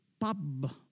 pub